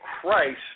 Christ